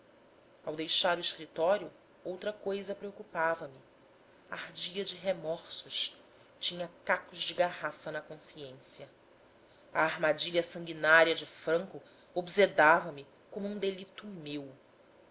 ao deixar o escritório outra coisa preocupava me ardia de remorsos tinha cacos de garrafa na consciência a armadilha sanguinária de franco obsedava me como um delito meu